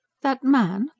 that man?